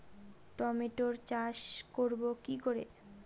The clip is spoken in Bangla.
টমেটোর চাষ করব কি করে?